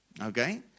Okay